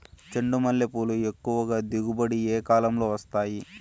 చెండుమల్లి పూలు ఎక్కువగా దిగుబడి ఏ కాలంలో వస్తాయి